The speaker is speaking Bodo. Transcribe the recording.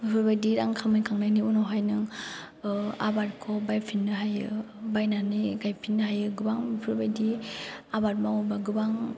बेफोबायदि रां खामायखांनायनि उनावहाय नों ओह आबादखौ बायफिननो हायो बायनानै गायफिलनो हायो गोबां बेफोरबायदि आबाद मावोब्ला गोबां